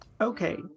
okay